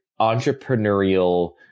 entrepreneurial